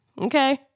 Okay